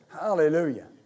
Hallelujah